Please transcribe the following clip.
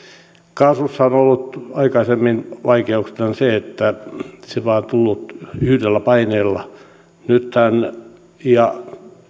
kaasussa on ollut aikaisemmin vaikeutena se että se on tullut vain yhdellä paineella ja